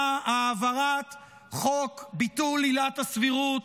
העברת חוק ביטול עילת הסבירות,